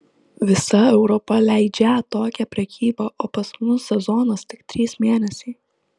visa europa leidžią tokią prekybą o pas mus sezonas tik trys mėnesiai